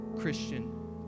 Christian